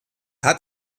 hat